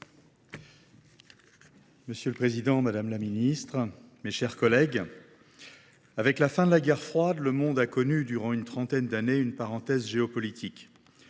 Monsieur le président, madame la ministre, mes chers collègues, avec la fin de la guerre froide, le monde a connu durant une trentaine d’années une parenthèse géopolitique.